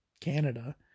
Canada